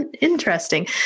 interesting